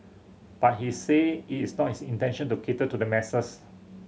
but he say it is not his intention to cater to the masses